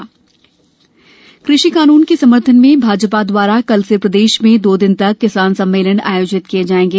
कृषि कानन जागरुकता कृषि कानून के समर्थन में भाजपा दवारा कल से प्रदेश में दो दिन तक किसान सम्मेलन आयोजित किए जाएंगे